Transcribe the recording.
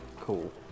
Cool